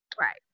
Right